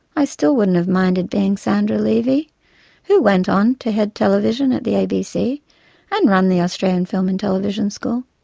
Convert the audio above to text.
i still wouldn't have minded being sandra levy who went on to head television at the abc and run the australian film and television school.